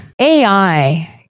AI